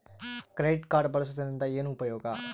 Credit card ಬಳಸುವದರಿಂದ ಏನು ಉಪಯೋಗ?